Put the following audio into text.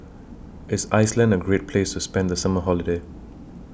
IS Iceland A Great Place to spend The Summer Holiday